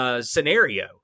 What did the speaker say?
Scenario